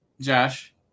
Josh